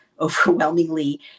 overwhelmingly